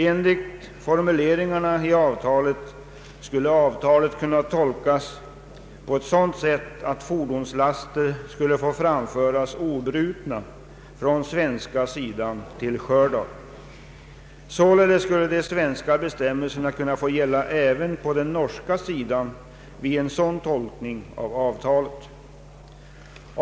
Enligt formuleringarna i avtalet skulle detsamma kunna tolkas på sådant sätt att fordonslaster skulle få framföras obrutna från svenska sidan till Stjördal. Således skulle de svenska bestämmelserna kunna få gälla även på den norska sidan vid en sådan tolkning av avtalet.